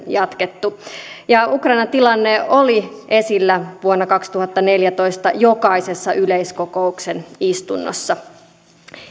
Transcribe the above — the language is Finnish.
jatkettu ja ukrainan tilanne oli esillä vuonna kaksituhattaneljätoista jokaisessa yleiskokouksen istunnossa